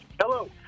Hello